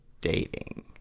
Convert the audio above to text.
dating